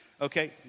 Okay